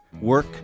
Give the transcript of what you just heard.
work